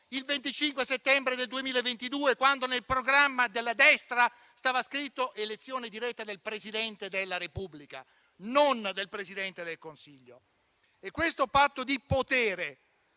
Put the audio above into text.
il 25 settembre 2022, quando nel programma della destra si parlava di elezione diretta del Presidente della Repubblica, e non del Presidente del Consiglio. Se questo patto di potere